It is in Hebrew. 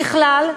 ככלל,